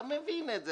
אתה מבין את זה.